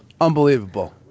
Unbelievable